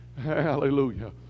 Hallelujah